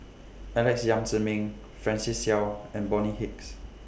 Alex Yam Ziming Francis Seow and Bonny Hicks